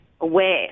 aware